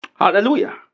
Hallelujah